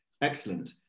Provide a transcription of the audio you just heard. Excellent